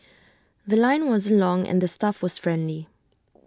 The Line wasn't long and the staff was friendly